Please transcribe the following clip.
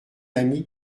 ami